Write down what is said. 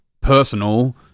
personal